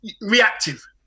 reactive